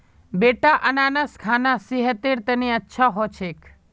बेटा अनन्नास खाना सेहतेर तने अच्छा हो छेक